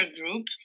group